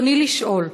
ברצוני לשאול: